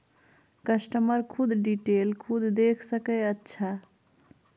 customer खुद detail खुद देख सके अच्छा